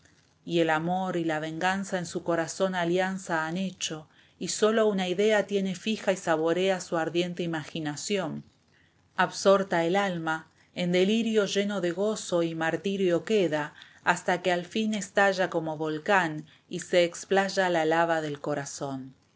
y el amor y la venganza en su corazón alianza han hecho y sólo una idea tiene fija y saborea su ardiente imaginación absorta el alma en delirio lleno de gozo y martirio queda hasta que al fin estalla como volcán y se explaya la lava del corazón